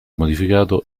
modificato